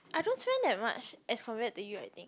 I don't spend that much as compared to you I think